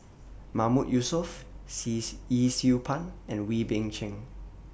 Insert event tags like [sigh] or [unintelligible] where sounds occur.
Mahmood Yusof [unintelligible] Yee Siew Pun and Wee Beng Chong